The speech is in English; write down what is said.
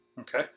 Okay